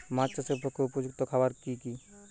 মাছ চাষের পক্ষে উপযুক্ত খাবার কি কি?